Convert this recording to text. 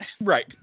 Right